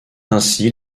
ainsi